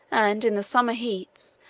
and in the summer heats,